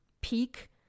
peak